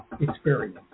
experience